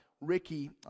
Ricky